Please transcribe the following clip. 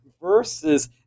versus